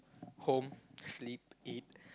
home sleep eat